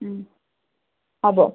হ'ব